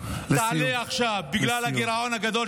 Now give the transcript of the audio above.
תעלה עכשיו, לסיום, לסיום.